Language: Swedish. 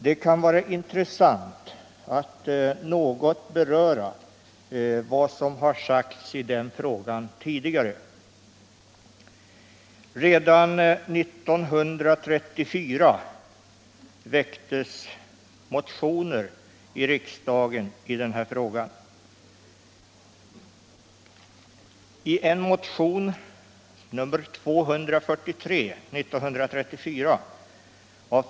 Det kan vara intressant att något beröra vad som har sagts i den frågan tidigare.